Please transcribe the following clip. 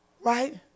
Right